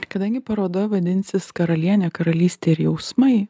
kadangi paroda vadinsis karalienė karalystė ir jausmai